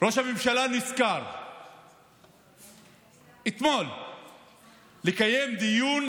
ראש הממשלה נזכר אתמול לקיים דיון